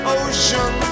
ocean